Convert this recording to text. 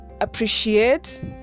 appreciate